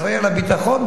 אחראי לביטחון,